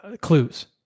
clues